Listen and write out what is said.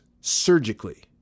surgically